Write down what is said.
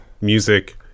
music